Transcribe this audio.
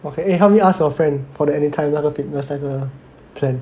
!wah! okay eh help me ask your friend for the Anytime Fitness 那个 plan